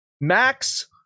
Max